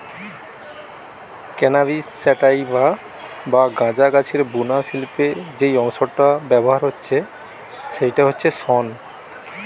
cannabis sativa বা গাঁজা গাছের বুনা শিল্পে যেই অংশটা ব্যাভার হচ্ছে সেইটা হচ্ছে শন